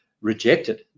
rejected